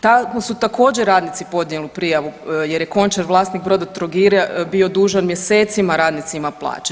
Tamo su također radnici podnijeli prijavu jer je Končar, vlasnik Brodotrogira bio dužan mjesecima radnicima plaće.